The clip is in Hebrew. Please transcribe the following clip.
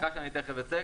סליחה שאני תכף אצא.